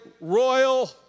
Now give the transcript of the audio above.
royal